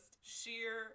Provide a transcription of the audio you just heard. sheer